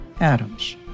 Adams